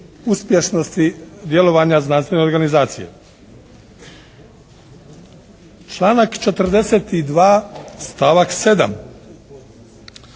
uspješnosti djelovanja znanstvene organizacije. Članak 42. stavak 7.